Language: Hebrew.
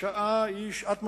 השעה היא שעת משבר,